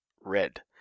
red